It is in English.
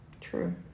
True